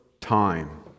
time